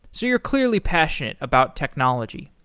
so you're clearly passionate about technology.